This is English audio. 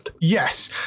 Yes